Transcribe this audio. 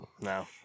No